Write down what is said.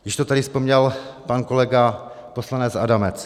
Již to tady vzpomněl pan kolega poslanec Adamec.